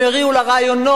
הם הריעו לרעיונות,